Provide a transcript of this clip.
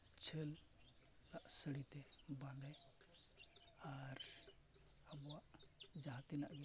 ᱡᱷᱟᱹᱞ ᱟᱜ ᱥᱟᱹᱲᱤ ᱛᱮ ᱵᱟᱸᱫᱮ ᱟᱨ ᱟᱵᱚᱣᱟᱜ ᱡᱟᱦᱟᱸ ᱛᱤᱱᱟᱹᱜ ᱜᱮ